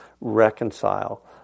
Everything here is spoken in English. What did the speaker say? reconcile